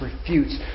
refutes